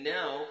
now